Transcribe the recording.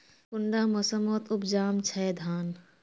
कुंडा मोसमोत उपजाम छै धान?